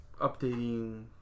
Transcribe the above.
updating